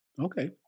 Okay